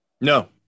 No